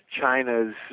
China's